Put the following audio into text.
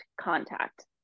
contact